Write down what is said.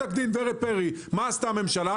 מה עשתה הממשלה?